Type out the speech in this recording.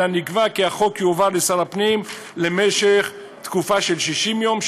אלא נקבע כי החוק יועבר לשר הפנים למשך תקופה של 60 יום,